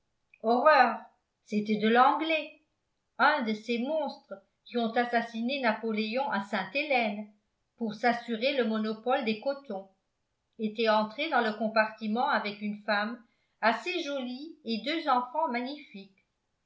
horreur c'était de l'anglais un de ces monstres qui ont assassiné napoléon à sainte-hélène pour s'assurer le monopole des cotons était entré dans le compartiment avec une femme assez jolie et deux enfants magnifiques